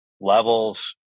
levels